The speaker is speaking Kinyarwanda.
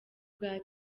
bwa